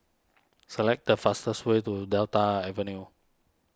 select the fastest way to Delta Avenue